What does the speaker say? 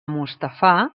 mustafà